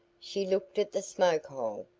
she looked at the smoke hole,